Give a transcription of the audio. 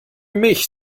milch